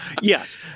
Yes